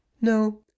No